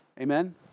Amen